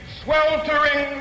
sweltering